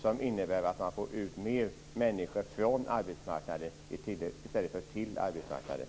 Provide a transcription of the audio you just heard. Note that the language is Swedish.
Det innebär ju att man får ut mer människor från arbetsmarknaden i stället för till arbetsmarknaden.